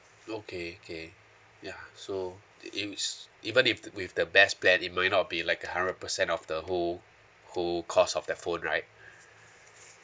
okay okay ya so is even if th~ with the best plan it might not be like a hundred percent of the whole whole cost of the phone right